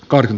koneen